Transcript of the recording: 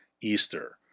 Easter